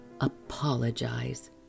apologize